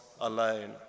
alone